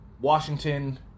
Washington